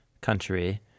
country